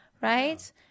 right